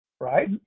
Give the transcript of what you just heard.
right